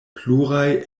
pluraj